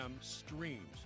streams